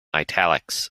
italics